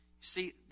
See